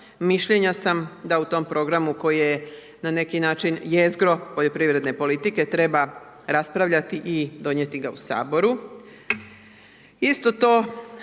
Mišljenja sam da u tom programu koji je na neki način jezgra poljoprivredne politike treba raspravljati i donijeti ga u Saboru.